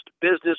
business